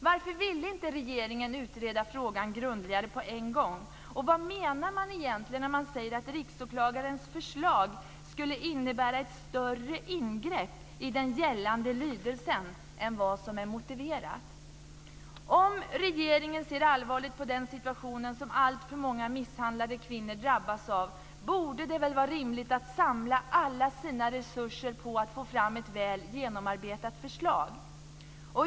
Varför ville inte regeringen utreda frågan grundligare på en gång? Och vad menar man egentligen när man säger att Riksåklagarens förslag skulle innebära ett större ingrepp i den gällande lydelsen än vad som är motiverat? Om regeringen ser allvarligt på den situation som alltför många misshandlade kvinnor drabbas av borde det väl vara rimligt att samla alla sina resurser på att få fram ett väl genomarbetat förslag.